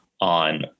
on